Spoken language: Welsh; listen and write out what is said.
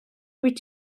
wyt